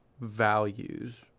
values